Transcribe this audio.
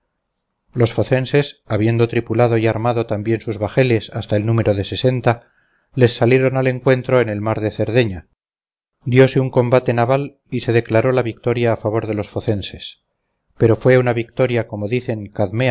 los focenses habiendo tripulado y armado también sus bajeles hasta el número de sesenta les salieron al encuentro en el mar de cerdeña dióse un combate naval y se declaró la victoria a favor de los focenses pero fue una victoria como dicen